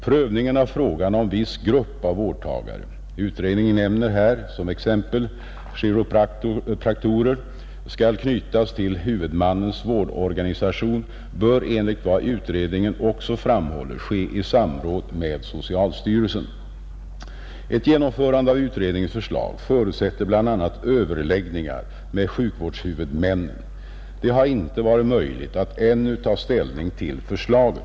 Prövningen av frågan om viss grupp av vårdgivare — utredningen nämner här som exempel chiropraktorer — skall knytas till huvudmannens vårdorganisation bör enligt vad utredningen också framhåller ske i samråd med socialstyrelsen, Ett genomförande av utredningens förslag förutsätter bl.a. överläggningar med sjukvårdshuvudmännen., Det har inte varit möjligt att ännu ta ställning till förslaget.